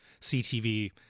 ctv